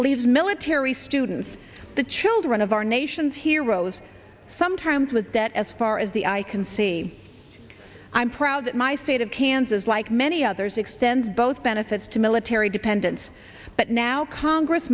leaves military students the children of our nation's heroes sometimes with debt as far as the eye can see i'm proud that my state of kansas like many others extends both benefits to military dependents but now congress